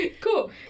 Cool